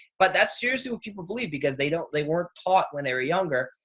but that's seriously what people believe because they don't, they weren't taught when they were younger.